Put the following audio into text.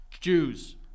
Jews